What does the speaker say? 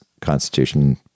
constitution